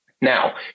Now